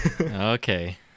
Okay